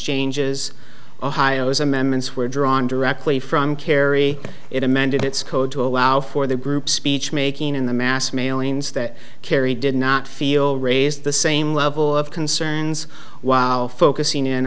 exchanges ohio's amendments were drawn directly from carry it amended its code to allow for the group speech making in the mass mailings that kerry did not feel raise the same level of concerns while focusing in